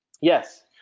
Yes